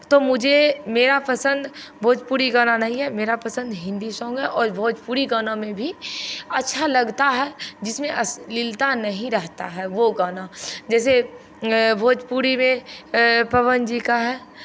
तो मुझे मेरा पसन्द भोजपुरी गाना नहीं है मेरा पसन्द हिन्दी सॉन्ग है और भोजपुरी गाना में भी अच्छा लगता है जिसमें अश्लीलता नहीं रहता है वो गाना जैसे भोजपुरी में पवन जी का है